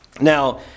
Now